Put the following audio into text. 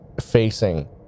facing